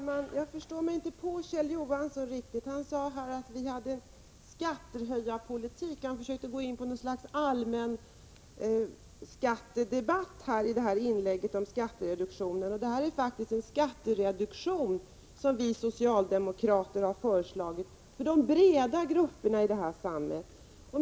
Herr talman! Jag förstår mig inte på Kjell Johansson riktigt. Han sade att vi hade skattehöjarpolitik och han försökte gå in på något slags allmän skattedebatt i sitt inlägg om skattereduktionen. Det är faktiskt en skattereduktion som vi socialdemokrater har föreslagit för de breda grupperna i samhället.